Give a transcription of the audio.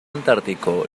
antártico